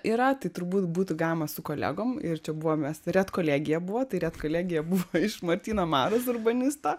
yra tai turbūt būtų galima su kolegom ir čia buvom mes redkolegija buvo tai redkolegija buvo iš martyno marozo urbanisto